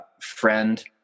friend